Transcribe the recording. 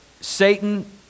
Satan